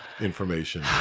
information